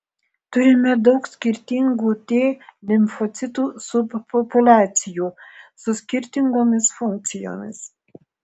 turime daug skirtingų t limfocitų subpopuliacijų su skirtingomis funkcijomis